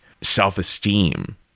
self-esteem